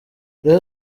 rayon